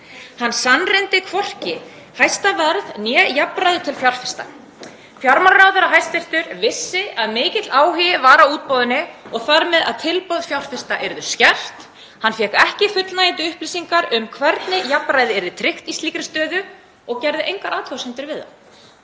Hann sannreyndi hvorki hæsta verð né jafnræði til fjárfesta. Hæstv. fjármálaráðherra vissi að mikill áhugi var á útboðinu og þar með að tilboð fjárfesta yrðu skert. Hann fékk ekki fullnægjandi upplýsingar um hvernig jafnræði yrði tryggt í slíkri stöðu og gerði engar athugasemdir við það.